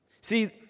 See